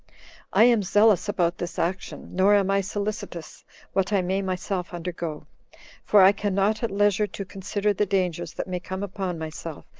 i am zealous about this action, nor am i solicitous what i may myself undergo for i can not at leisure to consider the dangers that may come upon myself,